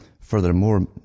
Furthermore